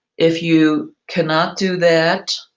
if you cannot do that,